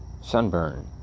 sunburn